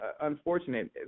unfortunate